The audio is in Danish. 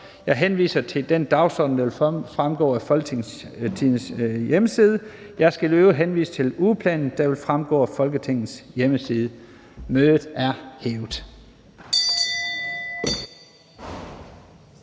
Jeg henviser til den dagsorden, der vil fremgå af Folketingets hjemmeside. Jeg skal øvrigt henvise til ugeplanen, der vil fremgå af Folketingets hjemmeside. Mødet er hævet.